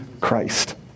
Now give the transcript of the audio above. Christ